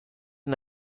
and